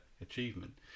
achievement